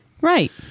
Right